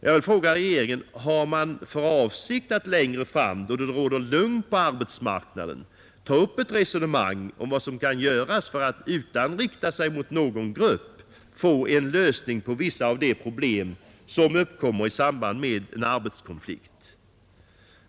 Jag vill fråga regeringen: Har man för avsikt att längre fram då det råder lugn på arbetsmarknaden ta upp ett resonemang om vad som kan göras för att utan att rikta sig mot någon grupp åstadkomma en lösning av vissa av de problem som uppkommer i samband med en arbetskonflikt?